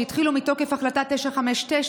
שהתחילו מתוקף החלטה 959,